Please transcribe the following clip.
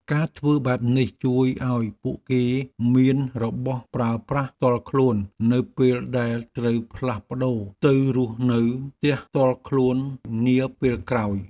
ការធ្វើបែបនេះជួយឱ្យពួកគេមានរបស់ប្រើប្រាស់ផ្ទាល់ខ្លួននៅពេលដែលត្រូវផ្លាស់ប្ដូរទៅរស់នៅផ្ទះផ្ទាល់ខ្លួននាពេលក្រោយ។